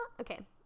Okay